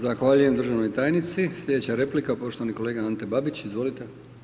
Zahvaljujem državnoj tajnici, sljedeća replika, poštovani kolega Ante Babić, izvolite.